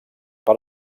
per